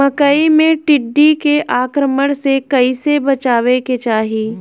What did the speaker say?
मकई मे टिड्डी के आक्रमण से कइसे बचावे के चाही?